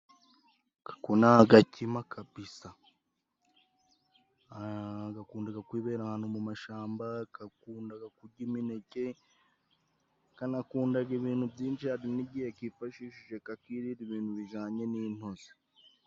Ako ni agakima kabisa. Gakundaga kwibera ahantu mu mashamba, gakundaga kurya imineke, kanakundaga ibintu byinshi hari n'igihe kifashishije kakira ibintu bijyanye n'intozi.